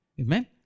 Amen